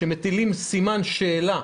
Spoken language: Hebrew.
שמטילים סימן שאלה